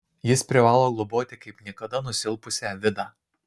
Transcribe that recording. jis privalo globoti kaip niekada nusilpusią vidą